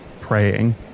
praying